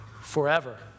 forever